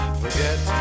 forget